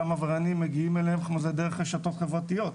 אותם עבריינים מגיעים אליהם גם דרך הרשתות החברתיות.